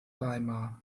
weimar